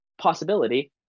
possibility